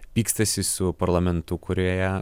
pykstasi su parlamentu kurioje